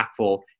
impactful